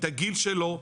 את הגיל שלו,